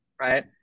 right